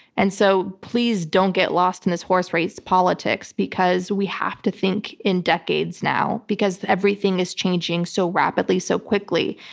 and so please don't get lost in this horse race politics, because we have to think in decades now. because everything is changing so rapidly, so quickly.